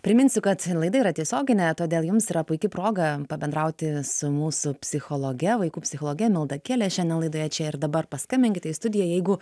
priminsiu kad laida yra tiesioginė todėl jums yra puiki proga pabendrauti su mūsų psichologe vaikų psichologe milda kiele šiandien laidoje čia ir dabar paskambinkite į studiją jeigu